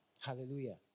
Hallelujah